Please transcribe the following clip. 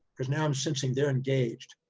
because now i'm sensing, they're engaged.